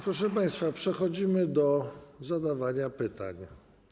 Proszę państwa, przechodzimy do zadawania pytań.